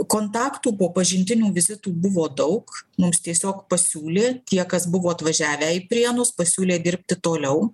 kontaktų po pažintinių vizitų buvo daug mums tiesiog pasiūlė tie kas buvo atvažiavę į prienus pasiūlė dirbti toliau